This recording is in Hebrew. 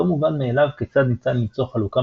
לא מובן מאליו כיצד ניתן למצוא חלוקה